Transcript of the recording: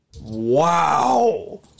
Wow